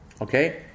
Okay